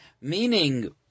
meaning